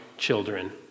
children